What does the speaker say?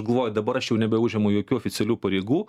galvoju dabar aš jau nebeužimu jokių oficialių pareigų